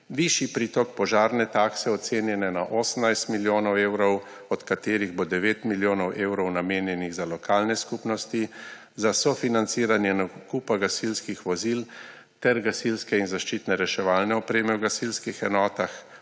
višji pritok požarne takse, ocenjene na 18 milijonov evrov, od katerih bo 9 milijonov evrov namenjenih za lokalne skupnosti za sofinanciranje nakupa gasilskih vozil ter gasilske zaščitne in reševalne opreme v gasilskih enotah